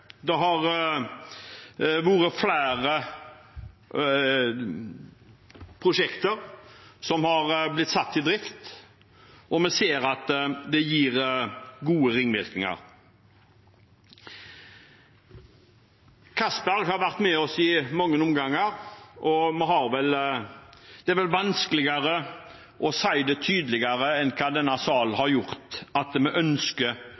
Vi har hatt god aktivitet i Nord-Norge. Flere prosjekter har blitt satt i drift, og vi ser at det gir gode ringvirkninger. Castberg har vært med oss i mange omganger, og det er vel vanskelig å si det tydeligere enn hva denne salen har gjort, at vi ønsker